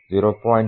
7 0